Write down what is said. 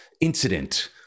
incident